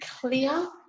clear